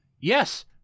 Yes